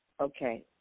Okay